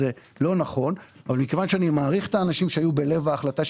זה לא נכון אבל מכיוון שאני מעריך את האנשים שהיו בלב ההחלטה,